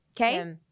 Okay